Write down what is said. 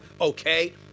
okay